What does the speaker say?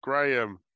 Graham